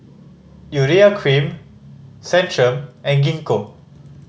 Urea Cream Centrum and Gingko